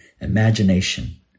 imagination